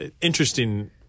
Interesting